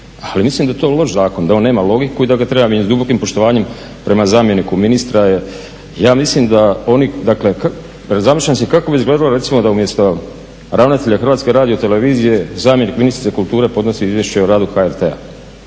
ali mislim da je to loš zakon, da on nema logiku i da ga treba mijenjati. S dubokim poštovanjem prema zamjeniku ministra, ja mislim da oni, dakle zamišljam si kako bi izgledalo da recimo umjesto ravnatelja Hrvatske radiotelevizije zamjenik ministrice kulture podnosi izvješće o radu HRT-a.